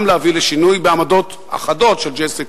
להביא לשינוי בעמדות אחדות של J Street,